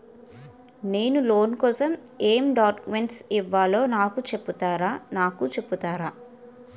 నేను లోన్ కోసం ఎం డాక్యుమెంట్స్ ఇవ్వాలో నాకు చెపుతారా నాకు చెపుతారా?